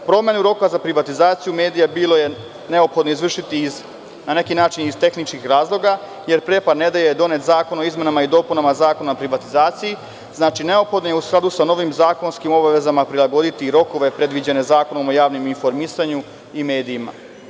Promenu roka za privatizaciju medija je bilo neophodno izvršiti na neki način iz tehničkih razloga, jer prethodne nedelje je donet zakon o izmenama i dopunama Zakona o privatizaciji, znači neophodno je u skladu sa novim zakonskim obavezama prilagoditi i rokove predviđene Zakonom o javnom informisanju i medijima.